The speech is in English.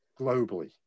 globally